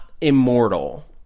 immortal